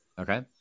Okay